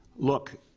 look,